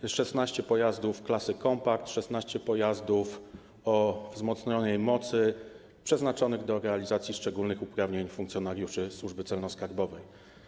Jest 16 pojazdów klasy kompakt, 16 pojazdów o wzmocnionej mocy przeznaczonych do realizacji szczególnych uprawnień funkcjonariuszy Służby Celno-Skarbowej.